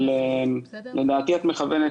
תכנית התמחויות,